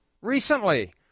recently